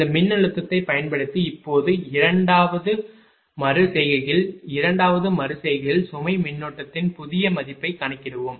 இந்த மின்னழுத்தத்தைப் பயன்படுத்தி இப்போது இரண்டாவது மறு செய்கையில் இரண்டாவது மறு செய்கையில் சுமை மின்னோட்டத்தின் புதிய மதிப்பை கணக்கிடுவோம்